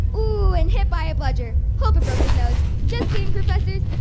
oh, and hit by a bludger. hope it broke his nose. just kidding professors.